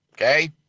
okay